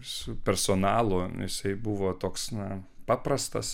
su personalu jisai buvo toks na paprastas